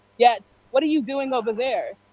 yet, what are you doing over there.